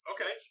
Okay